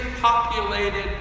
populated